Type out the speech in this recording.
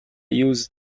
use